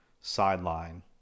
sideline